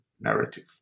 narrative